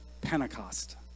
Pentecost